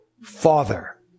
Father